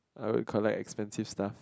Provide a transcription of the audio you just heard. I would collect expensive stuff